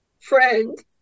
friend